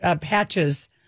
patches